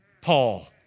Paul